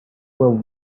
will